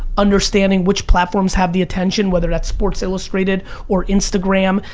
understanding which platforms have the attention, whether that's sports illustrated or instagram,